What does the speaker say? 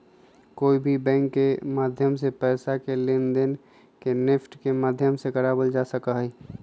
कोई भी बैंक के माध्यम से पैसा के लेनदेन के नेफ्ट के माध्यम से करावल जा सका हई